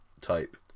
type